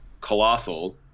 colossal